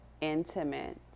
intimate